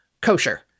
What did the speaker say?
kosher